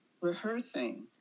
rehearsing